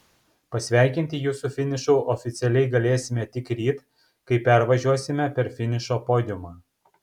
pasveikinti jus su finišu oficialiai galėsime tik ryt kai pervažiuosime per finišo podiumą